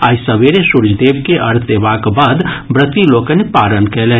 आइ सबेरे सूर्य देव के अर्घ्य देबाक बाद व्रती लोकनि पारण कयलनि